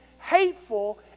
hateful